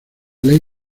ley